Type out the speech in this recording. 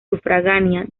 sufragánea